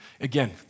Again